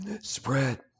spread